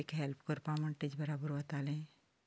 तिका हॅल्प करपा म्हूण तिचें बराबर वतालें